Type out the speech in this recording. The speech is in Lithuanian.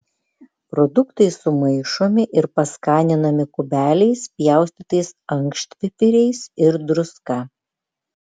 produktai sumaišomi ir paskaninami kubeliais pjaustytais ankštpipiriais ir druska